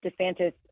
DeSantis